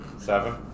Seven